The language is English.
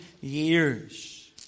years